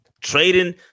trading